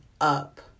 up